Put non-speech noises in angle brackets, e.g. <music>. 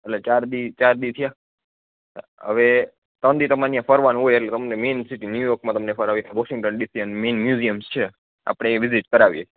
એટલે ચાર દી ચાર દી થયા હવે ત્રણ દી તમે નયા ફરવાનું હોય એટલે તમને મેન સીટી ન્યુયોર્ક તમને ફરાવી વોશિંગ <unintelligible> મેન મ્યુઝિમ છે આપડે એ વિજિટ કરાવીએ